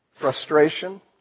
frustration